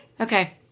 Okay